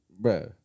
bro